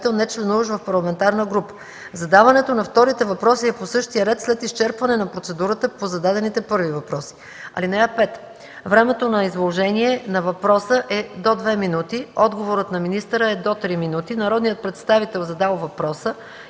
(5) Времето за изложение на въпроса е до 2 минути. Отговорът на министъра е до 3 минути. Народният представител, задал въпроса,